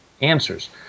answers